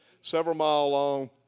several-mile-long